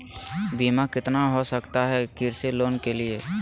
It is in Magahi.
बीमा कितना के हो सकता है कृषि लोन के लिए?